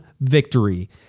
victory